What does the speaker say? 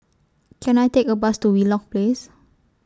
Can I Take A Bus to Wheelock Place